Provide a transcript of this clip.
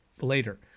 later